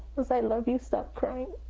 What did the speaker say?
was i love you, stop crying.